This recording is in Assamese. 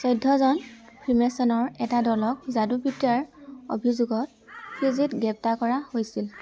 চৈধ্যজন ফ্ৰিমেছনৰ এটা দলক যাদুবিদ্যাৰ অভিযোগত ফিজিত গ্ৰেপ্তাৰ কৰা হৈছিল